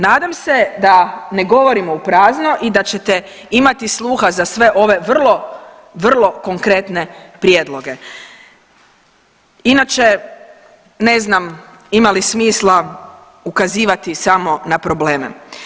Nadam se da ne govorimo u prazno i da ćete imati sluha za sve ove vrlo vrlo konkretne prijedloge inače ne znam ima li smisla ukazivati samo na probleme.